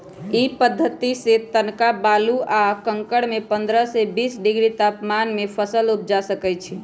इ पद्धतिसे तनका बालू आ कंकरमें पंडह से बीस डिग्री तापमान में फसल उपजा सकइछि